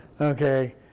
Okay